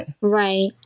Right